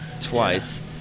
twice